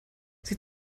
sie